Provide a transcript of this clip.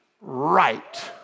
right